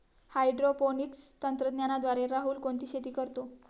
Hydroponics तंत्रज्ञानाद्वारे राहुल कोणती शेती करतो?